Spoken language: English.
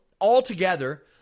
altogether